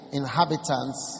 inhabitants